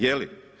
Je li?